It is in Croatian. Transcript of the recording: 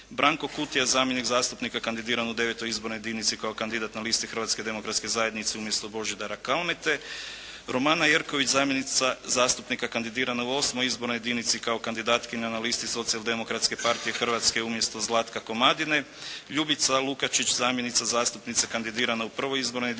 Branko Kutija zamjenik zastupnika kandidiran u IX. izbornoj jedinici kao kandidat na listi Hrvatske demokratske zajednice umjesto Božidara Kalmete, Romana Jerković zamjenica zastupnika kandidirana u VIII. izbornoj jedinici kao kandidatkinja na listi Socijal-demokratske partije Hrvatske umjesto Zlatka Komadine, Ljubica Lukačić zamjenica zastupnice kandidirana u I. izbornoj jedinici